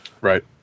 right